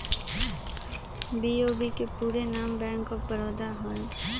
BOB के पूरे नाम बैंक ऑफ बड़ौदा हइ